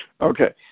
Okay